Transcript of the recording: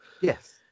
Yes